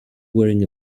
wearing